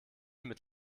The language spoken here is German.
mit